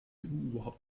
überhaupt